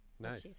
nice